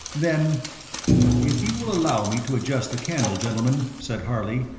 then if you will allow me to adjust the candle, gentlemen, said harley,